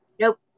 Nope